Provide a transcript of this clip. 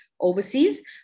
overseas